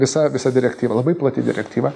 visa visa direktyva labai plati direktyva